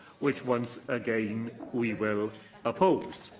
which once again we will oppose.